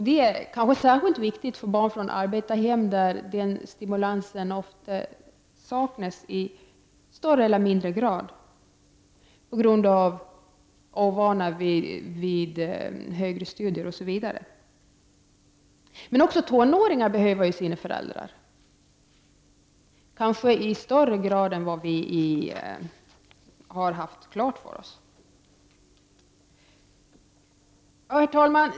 Det är särskilt viktigt för barn från arbetarhem där den stimulansen oftast saknas i större eller mindre grad på grund av ovana vid studier, osv. Men även tonåringarna behöver sina föräldrar — kanske i högre grad än vad vi har haft klart för oss. Herr talman!